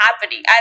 happening